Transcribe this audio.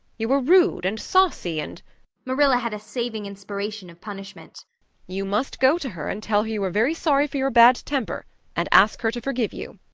you were rude and saucy and marilla had a saving inspiration of punishment you must go to her and tell her you are very sorry for your bad temper and ask her to forgive you.